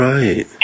Right